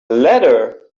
letter